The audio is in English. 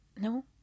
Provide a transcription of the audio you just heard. no